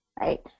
right